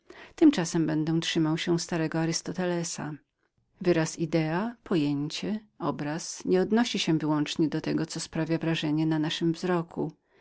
tymczasem będę ściśle trzymał się starego arystotelesa wyraz idea pojęcie obraz nie odnosi się wyłącznie do tego co sprawia wrażenie na naszym wzroku